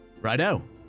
Righto